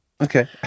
Okay